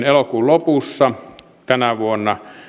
elokuun lopussa tänä vuonna